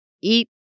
eat